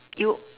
you